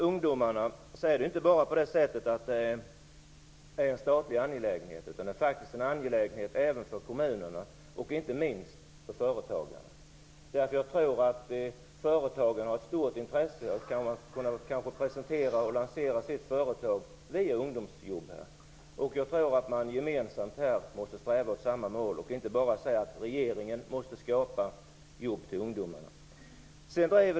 Ungdomarna är inte bara en statlig angelägenhet. De är faktiskt en angelägenhet även för kommunerna och inte minst för företagarna. Jag tror att företagarna har ett stort intresse av att presentera och lansera sitt företag via ungdomsjobb. Jag tror att man gemensamt måste sträva åt samma mål, och inte bara säga att regeringen måste skapa jobb till ungdomarna.